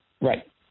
Right